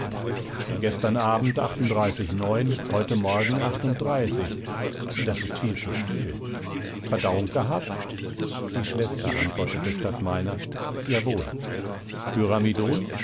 gestern abend heute morgen das ist viel zu viel verdauung gehabt die schwester antwortete statt meiner jawohl pyramidon